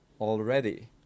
already